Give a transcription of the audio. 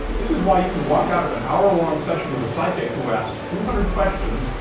this is why you can walk out of an hour-long session with a psychic who asked two hundred questions,